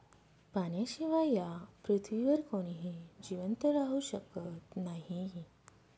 पाण्याशिवाय या पृथ्वीवर कोणीही जिवंत राहू शकत नाही